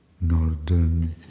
Northern